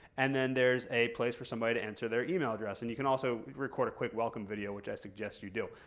and then there's a place for somebody to enter their email address. and you can also record a quick welcome video, which i suggest you do.